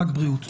רק בריאות.